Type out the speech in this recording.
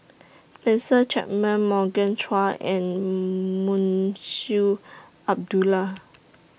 Spencer Chapman Morgan Chua and Munshi Abdullah